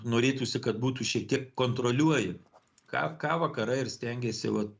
norėtųsi kad būtų šitiek kontroliuojami ką ką vakarai ir stengiasi vat